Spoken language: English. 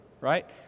right